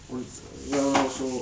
on ya lah also